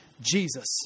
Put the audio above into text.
Jesus